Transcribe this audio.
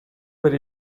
per